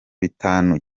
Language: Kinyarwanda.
bitanu